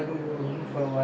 like you buy this